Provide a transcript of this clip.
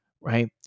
Right